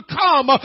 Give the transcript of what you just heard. come